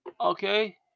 okay